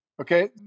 Okay